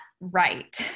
right